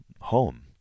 home